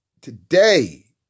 today